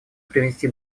привнести